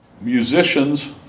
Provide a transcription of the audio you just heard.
Musicians